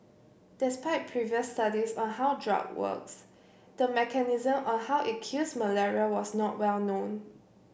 despite previous studies on how drug works the mechanism on how it kills malaria was not well known